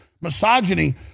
misogyny